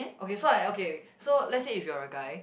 okay so I okay so let's say if you are a guy